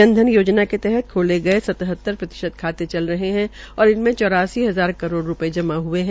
जन धन योजना के तहत खोले गये सतहतर प्रतिशत खाते चल रहे है और इनमें चौरासी हजार करोड़ रूपये जमा हये है